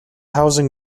housing